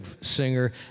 singer